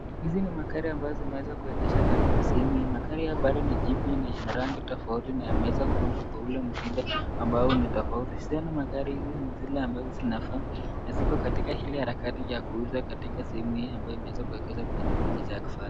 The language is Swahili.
Hizi ni magari ambazo zimeweza kuegeshwa katika sehemu hii. Magari haya bado ni jipya, na ina rangi tofauti na yameweza kuundwa kwa ule mtindo ambao ni tofauti. Tena magari ni zile ambazo zinafaa na ziko katika ile harakati ya kuuzwa katika sehemu hii ambayo imeweza kuwekeza kwa jumba hizi za kifahari.